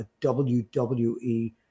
WWE